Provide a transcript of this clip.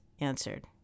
answered